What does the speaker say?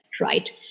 right